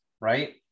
right